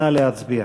נא להצביע.